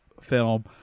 film